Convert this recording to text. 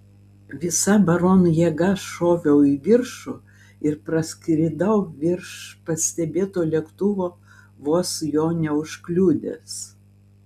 visa baron jėga šoviau į viršų ir praskridau virš pastebėto lėktuvo vos jo neužkliudęs